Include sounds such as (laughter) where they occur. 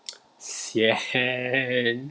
(noise) sian